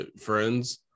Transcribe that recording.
friends